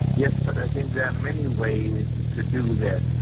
yes but i think there are many ways to do that.